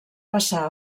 passà